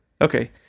Okay